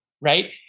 right